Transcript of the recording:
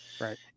right